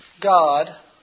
God